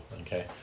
okay